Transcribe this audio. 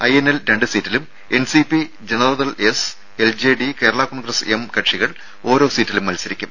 INL രണ്ട് സീറ്റിലും NCP Janata Dal S LJD Kerala Congress M കക്ഷികൾ ഓരോ സീറ്റിലും മത്സരിക്കും